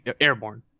airborne